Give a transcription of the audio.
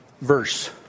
Verse